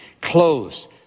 close